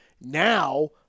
Now